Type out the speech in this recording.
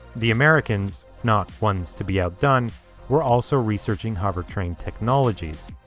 the americans, not ones to be outdone were also researching hovertrain technologies.